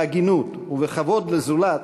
בהגינות ובכבוד לזולת,